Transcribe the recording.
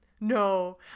No